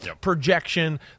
projection